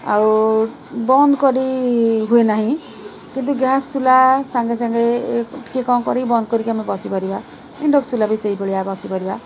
ଆଉ ବନ୍ଦ କରି ହୁଏ ନାହିଁ କିନ୍ତୁ ଗ୍ୟାସ୍ ଚୁଲା ସାଙ୍ଗେ ସାଙ୍ଗେ କିଏ କ'ଣ କରି ବନ୍ଦ କରିକି ଆମେ ବସିପାରିବା ଇଣ୍ଡକ୍ସନ୍ ଚୁଲା ବି ସେଇଭଳିଆ ବସିପାରିବା